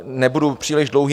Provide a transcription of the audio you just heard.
Nebudu příliš dlouhý.